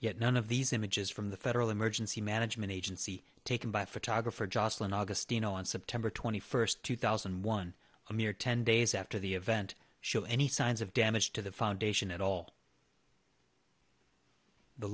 yet none of these images from the federal emergency management agency taken by photographer jocelyn augustine on september twenty first two thousand and one a mere ten days after the event show any signs of damage to the foundation at all the